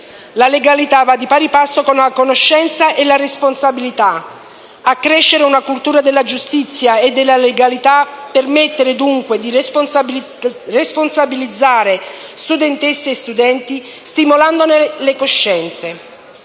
La legalità va di pari passo con la conoscenza e la responsabilità: accrescere una cultura della giustizia e della legalità permette, dunque, di responsabilizzare studentesse e studenti, stimolandone le coscienze.